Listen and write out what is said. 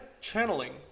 channeling